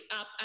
up